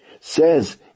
says